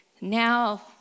Now